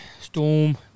Storm